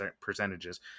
percentages